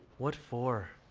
what for?